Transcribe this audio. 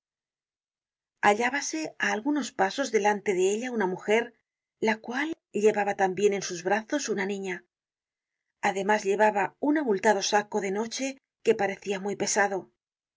la cabeza hallábase á algunos pasos delante de ella una mujer la cual llevaba tambien en sus brazos una niña además llevaba un abultado saco de noche que parecia muy pesado la